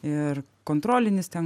ir kontrolinis ten